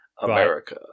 America